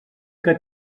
que